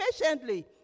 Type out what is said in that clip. patiently